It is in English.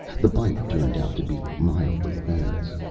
the bite turned out to be mildly venomous.